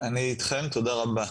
אני אתכם, תודה רבה.